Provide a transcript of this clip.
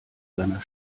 seiner